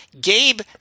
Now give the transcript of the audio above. Gabe